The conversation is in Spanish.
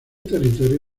territorio